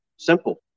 Simple